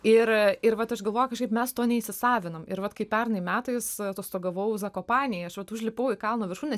ir ir vat aš galvoju kažkaip mes to neįsisavinom ir vat kai pernai metais atostogavau zakopanėj aš vat užlipau į kalno viršūnę